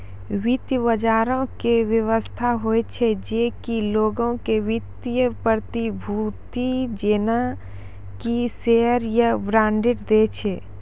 वित्त बजारो के व्यवस्था होय छै जे कि लोगो के वित्तीय प्रतिभूति जेना कि शेयर या बांड दै छै